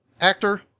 Actor